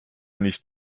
nicht